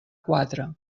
quatre